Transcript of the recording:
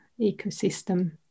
ecosystem